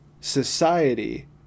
society